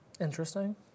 Interesting